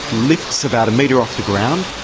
lifts about a metre off the ground,